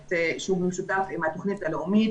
פרויקט שהוא במשותף עם התוכנית הלאומית,